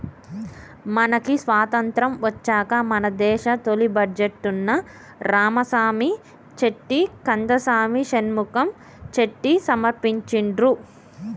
మనకి స్వతంత్రం వచ్చాక మన దేశ తొలి బడ్జెట్ను రామసామి చెట్టి కందసామి షణ్ముఖం చెట్టి సమర్పించిండ్రు